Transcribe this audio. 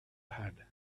had